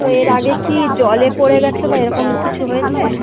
তো এর আগে কি জলে পড়ে গেছে বা এরকম কিছু হয়েছে